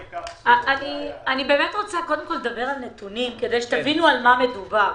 אני רוצה קודם כל לדבר על נתונים כדי שתבינו על מה מדובר.